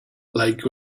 like